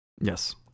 Yes